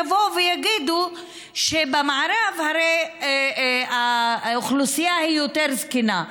יבואו ויגידו שבמערב הרי האוכלוסייה היא יותר זקנה,